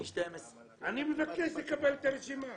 אני מבקש לקבל את הרשימה.